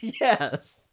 Yes